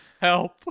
Help